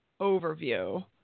overview